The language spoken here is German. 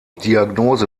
diagnose